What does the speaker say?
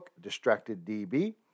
DistractedDB